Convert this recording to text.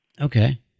Okay